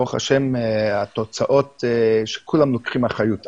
וברוך השם התוצאות, שכולם לוקחים אחריות.